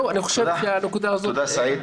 תודה סעיד.